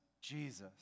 Jesus